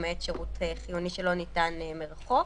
למעט שירות חיוני שלא ניתן מרחוק.